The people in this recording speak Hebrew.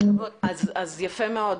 יפה מאוד.